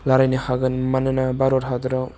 लारायनो हागोन मानोना भारत हादराव